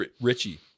Richie